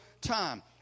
time